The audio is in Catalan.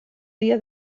dia